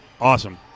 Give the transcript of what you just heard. awesome